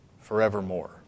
forevermore